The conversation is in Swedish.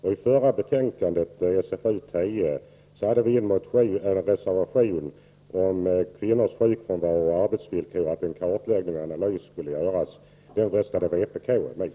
I det förra betänkandet, socialförsäkringsutskottets betänkande 10, hade vi en reservation om kvinnors sjukfrånvaro och arbetsvillkor och begärde att en kartläggande analys skulle göras. Den reservationen röstade vpk emot.